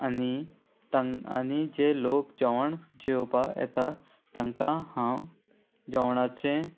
आनी तांक आनी जे लोक जेवण जेवपा येता तांकां हांव जेवणाचें